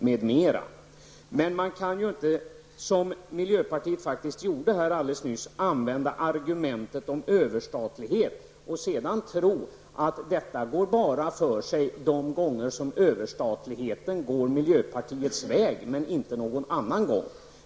Man kan emellertid inte, som miljöpartiet faktiskt gjorde alldeles nyss, använda argumentet om överstatlighet och sedan tro att detta bara går för sig de gånger överstatligheten går miljöpartiets väg men inte någon annan gång.